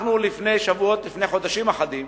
לפני חודשים אחדים